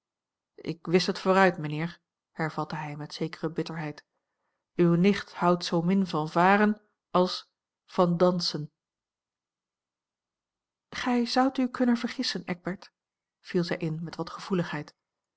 ik wist het vooruit mijnheer hervatte hij met zekere bitterheid uwe nicht houdt zoomin van varen als van dansen gij zoudt u kunnen vergissen eckbert viel zij in met wat gevoeligheid